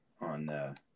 on –